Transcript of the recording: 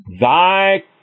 Thy